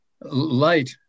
light